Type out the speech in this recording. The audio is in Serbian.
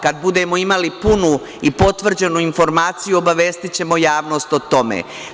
Kada budemo imali punu i potvrđenu informaciju, obavestićemo javnost o tome.